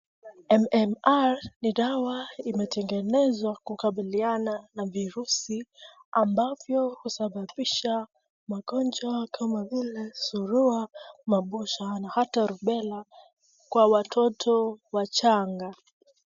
MMR ni dawa imetegenezwa kukabiliana na virusi ambavyo husababisha magonjwa kama vile surua, mabusha na ata rubela kwa watoto wachanga.